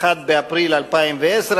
1 באפריל 2010,